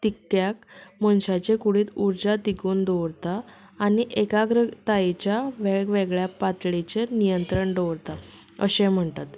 टिबक्याक मनशाचे कुडींत उर्जा तिगोवन दवरता आनी एकाग्रतायेच्या वेगवेगळ्या पातळीचेर नियंत्रण दवरता अशें म्हणटात